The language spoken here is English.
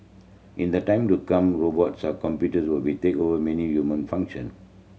in the time to come robots are computers will be take over many human function